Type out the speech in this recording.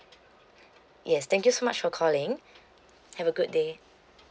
yes thank you so much for calling have a good day